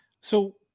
So-